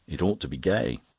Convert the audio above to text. it ought to be gay.